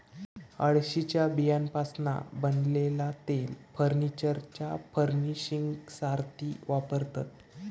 अळशीच्या बियांपासना बनलेला तेल फर्नीचरच्या फर्निशिंगसाथी वापरतत